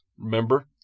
remember